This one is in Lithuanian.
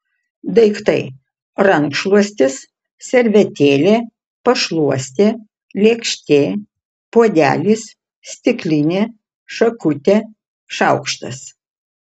daiktai rankšluostis servetėlė pašluostė lėkštė puodelis stiklinė šakutė šaukštas